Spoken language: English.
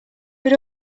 but